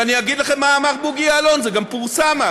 ואני אגיד לכם מה אמר בוגי יעלון, זה גם פורסם אז.